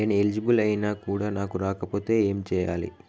నేను ఎలిజిబుల్ ఐనా కూడా నాకు రాకపోతే ఏం చేయాలి?